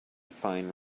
fine